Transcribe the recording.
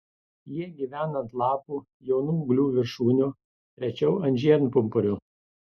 jie gyvena ant lapų jaunų ūglių viršūnių rečiau ant žiedpumpurių